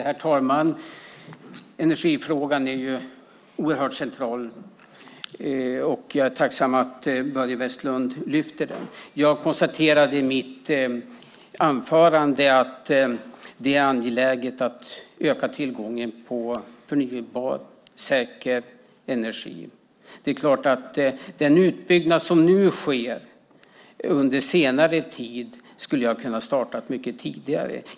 Herr talman! Energifrågan är oerhört central, och jag är tacksam att Börje Vestlund lyfter fram den. Jag konstaterade i mitt anförande att det är angeläget att öka tillgången på förnybar, säker energi. Den utbyggnad som nu har skett under senare tid skulle ha kunnat starta mycket tidigare.